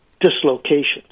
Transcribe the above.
dislocations